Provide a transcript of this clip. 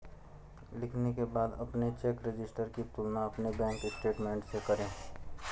लिखने के बाद अपने चेक रजिस्टर की तुलना अपने बैंक स्टेटमेंट से करें